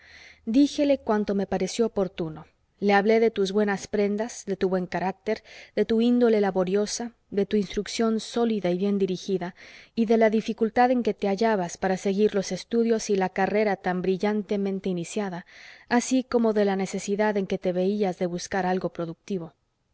díjele cuanto me pareció oportuno le hablé de tus buenas prendas de tu buen carácter de tu índole laboriosa de tu instrucción sólida y bien dirigida y de la dificultad en que te hallabas para seguir los estudios y la carrera tan brillantemente iniciada así como de la necesidad en que te veías de buscar algo productivo